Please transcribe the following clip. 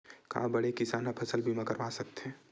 का बड़े किसान ह फसल बीमा करवा सकथे?